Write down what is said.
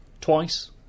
Twice